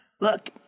Look